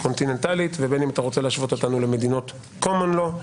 קונטיננטלית ובין אם אתה רוצה להשוות אותנו למדינות קומן לאו,